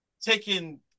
taking –